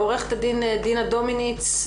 עוה"ד דינה דומיניץ,